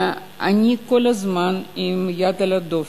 אני כל הזמן עם היד על הדופק.